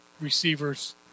receivers